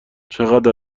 چقدر